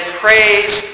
praise